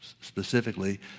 specifically